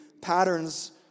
patterns